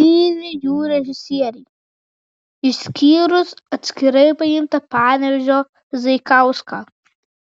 tyli jų režisieriai išskyrus atskirai paimtą panevėžio zaikauską